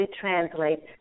translate